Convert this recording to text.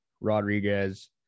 Rodriguez